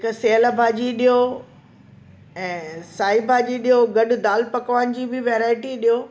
हिकु सेल भाॼी ॾियो ऐं साई भाॼी ॾियो गॾु दालि पकवान जी वैरायटी ॾियो